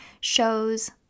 Shows